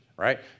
right